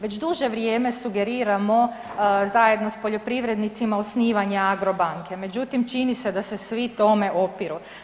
Već duže vrijeme sugeriramo zajedno s poljoprivrednicima osnivanje Agrobanke, međutim, čini se da se svi tome opiru.